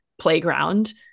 playground